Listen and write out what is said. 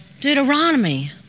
Deuteronomy